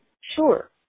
sure